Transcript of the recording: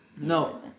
No